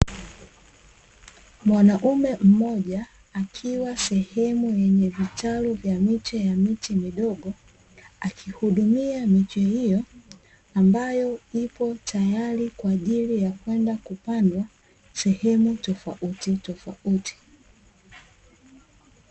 Mwanaume mmoja akiwa sehemu yenye vitalu vya miche ya miti midogo, akihudumia miche hiyo ambayo ipo tayari kwa ajili ya kwenda kupandwa, sehemu tofautitofauti.